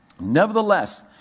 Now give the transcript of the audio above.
Nevertheless